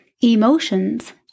Emotions